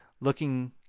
looking